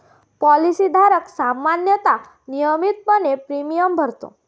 policy धारक सामान्यतः नियमितपणे प्रीमियम भरतो